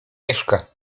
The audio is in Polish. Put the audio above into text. mieszka